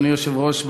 אדוני היושב-ראש,